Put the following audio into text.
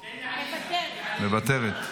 מוותרת,